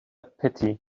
pity